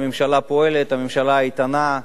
הממשלה פועלת, הממשלה איתנה,